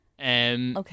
Okay